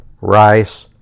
rice